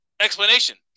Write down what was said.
explanation